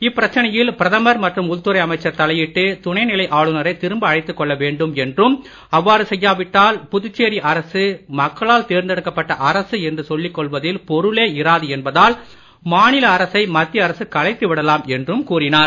இப்பிரச்சனையில் பிரதமர் மற்றும் உள்துறை அமைச்சர் தலையிட்டு துணைநிலை ஆளுனரை திரும்ப அழைத்துக் கொள்ள வேண்டும் என்றும் அவ்வாறு செய்யாவிட்டால் புதுச்சேரி அரசு மக்களால் தேர்ந்தெடுக்கப் பட்ட அரசு என்று சொல்லிக் கொள்வதில் பொருளே இராது என்பதால் மாநில அரசை மத்திய அரசு கலைத்து விடலாம் என்றும் கூறினார்